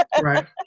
right